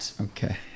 okay